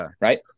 right